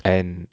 and